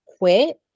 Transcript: Quit